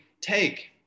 take